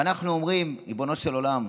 ואנחנו אומרים, ריבונו של עולם,